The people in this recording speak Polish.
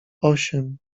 osiem